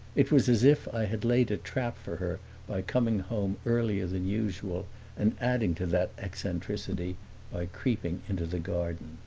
it was as if i had laid a trap for her by coming home earlier than usual and adding to that eccentricity by creeping into the garden.